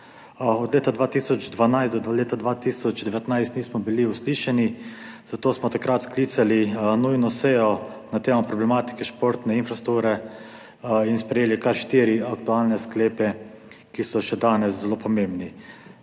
Od leta 2012 do leta 2019 nismo bili uslišani. Zato smo takrat sklicali nujno sejo na temo problematike športne infrastrukture in sprejeli kar štiri aktualne sklepe, ki so še danes zelo pomembni.